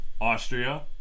Austria